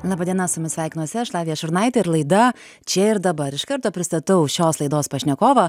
laba diena su jumis sveikinuosi aš lavija šurnaitė ir laida čia ir dabar iš karto pristatau šios laidos pašnekovą